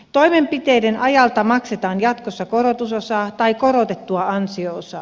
toimenpiteiden ajalta maksetaan jatkossa korotusosaa tai korotettua ansio osaa